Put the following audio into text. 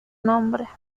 nombre